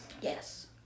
Yes